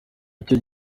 icyo